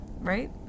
right